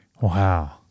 Wow